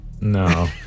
no